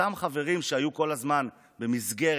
אותם חברים שהיו כל הזמן במסגרת,